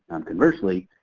conversely,